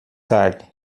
tarde